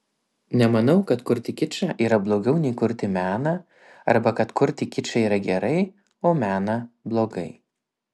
nemanau kad kurti kičą yra blogiau nei kurti meną arba kad kurti kičą yra gerai o meną blogai